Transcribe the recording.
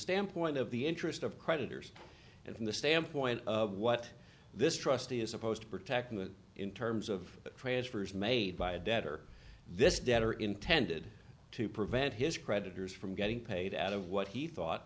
standpoint of the interest of creditors and from the standpoint of what this trustee is supposed to protect in terms of transfers made by a debtor this debtor intended to prevent his creditors from getting paid out of what he thought